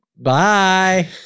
Bye